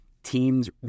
Team's